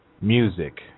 music